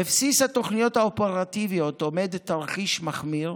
בבסיס התוכניות האופרטיביות עומד תרחיש מחמיר,